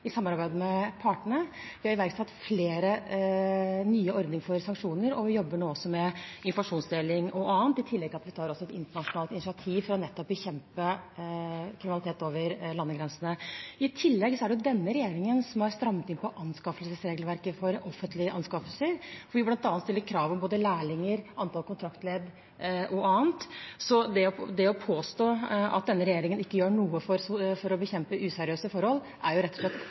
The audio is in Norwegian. i samarbeid med partene. Vi har iverksatt flere nye ordninger for sanksjoner, og vi jobber nå også med informasjonsdeling og annet i tillegg til at vi tar et internasjonalt initiativ for nettopp å bekjempe kriminalitet over landegrensene. I tillegg er det denne regjeringen som har strammet inn på anskaffelsesregelverket for offentlige anskaffelser, hvor vi bl.a. stiller krav om både lærlinger, antall kontraktledd og annet. Så det å påstå at denne regjeringen ikke gjør noe for å bekjempe useriøse forhold, er rett og slett